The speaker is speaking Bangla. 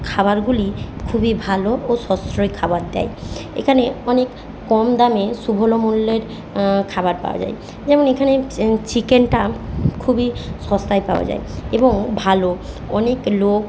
খাবারগুলি খুবই ভালো ও সাশ্রয়ী খাবার দেয় এখানে অনেক কম দামে সুলভ মূল্যের খাবার পাওয়া যায় যেমন এখানে চিকেনটা খুবই সস্তায় পাওয়া যায় এবং ভালো অনেক লোক